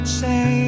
say